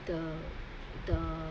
the the